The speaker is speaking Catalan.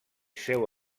seu